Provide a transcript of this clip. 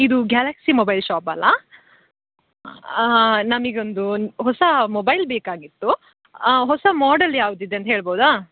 ಇದು Galaxy mobile shop ಅಲ್ವ ನಮಗೊಂದು ಒಂದು ಹೊಸ ಮೊಬೈಲ್ ಬೇಕಾಗಿತ್ತು ಹೊಸ ಮಾಡೆಲ್ ಯಾವುದಿದೆ ಅಂತ ಹೇಳ್ಬೋದಾ